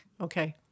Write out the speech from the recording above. Okay